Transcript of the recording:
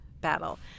battle